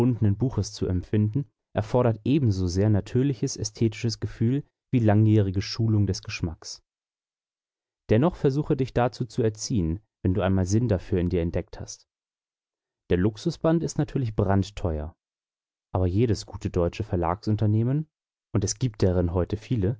buches zu empfinden erfordert ebensosehr natürliches ästhetisches gefühl wie langjährige schulung des geschmacks dennoch versuche dich dazu zu erziehen wenn du einmal sinn dafür in dir entdeckt hast der luxusband ist natürlich brandteuer aber jedes gute deutsche verlagsunternehmen und es gibt deren heute viele